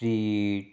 street